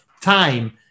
time